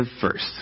first